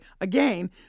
again